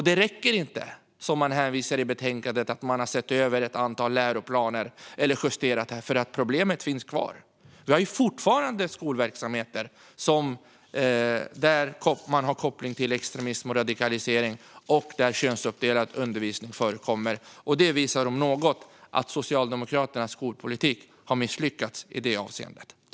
Det räcker inte att man, vilket man hänvisar till i betänkandet, har sett över ett antal läroplaner och justerat detta, för problemet finns kvar. Det finns fortfarande skolverksamheter med koppling till extremism och radikalisering och där könsuppdelad undervisning förekommer. Detta, om något, visar att Socialdemokraternas skolpolitik har misslyckats i det avseendet.